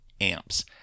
amps